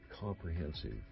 comprehensive